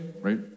right